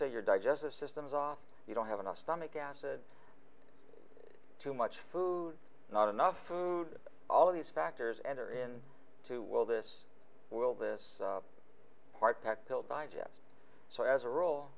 say your digestive system is off you don't have enough stomach acid too much food not enough food all these factors enter in to will this will this part that killed digest so as a role